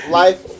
life